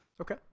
Okay